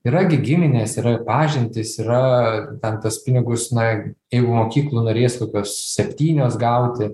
yra gi giminės yra pažintys yra ten tuos pinigus na jeigu mokyklų norės kokios septynios gauti